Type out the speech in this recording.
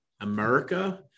america